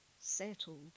settled